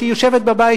שיושבת בבית,